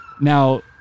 Now